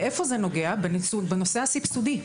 זה נוגע בנושא הסבסודי.